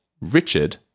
Richard